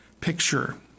picture